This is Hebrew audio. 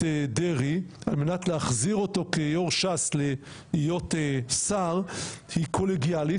דרעי על מנת להחזיר אותו כיו"ר ש"ס להיות שר היא קולגיאלית,